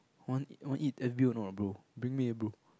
want want eat F_B_O of not bro bring me eh bro